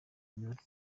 iminota